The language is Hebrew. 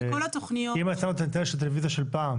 אם את שמה אנטנה של טלוויזיה של פעם